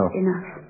enough